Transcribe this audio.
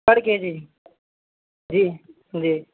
پر کے جی جی جی